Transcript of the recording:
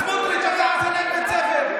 סמוטריץ' עשה לכם בית ספר.